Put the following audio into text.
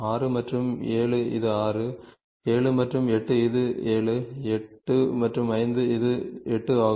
6 மற்றும் 7 இது 6 7 மற்றும் 8 இது 7 8 5 மற்றும் 5 இது 8 ஆகும்